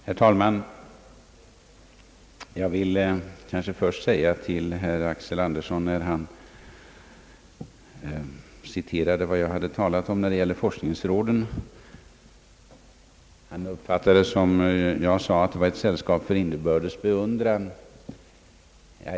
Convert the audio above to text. Herr talman! Herr Axel Andersson citerade vad jag hade sagt om forskningsråden. Han uppfattade det så som om jag ansåg dem vara »sällskap för inbördes beundran».